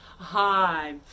Hi